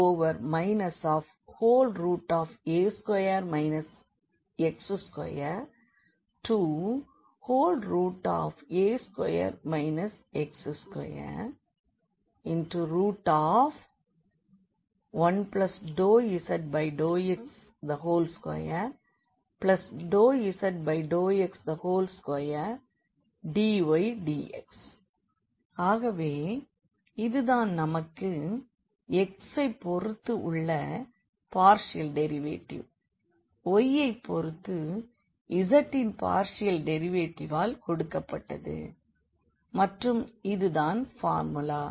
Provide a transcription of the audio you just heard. S2 aa a2 x2a2 x21∂z∂x2∂z∂x2dydx ஆகவே இது தான் நமக்கு x ஐ பொறுத்து உள்ள பார்ஷியல் டெரிவேட்டிவ் y ஐ பொறுத்து z இன் பார்ஷியல் டெரிவேட்டிவால் கொடுக்கப்பட்டது மற்றும் அது தான் பார்முலா